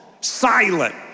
silent